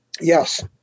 Yes